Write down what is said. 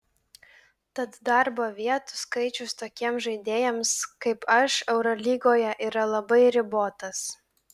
tad darbo vietų skaičius tokiems žaidėjams kaip aš eurolygoje yra labai ribotas